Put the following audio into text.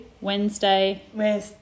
Wednesday